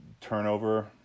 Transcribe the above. turnover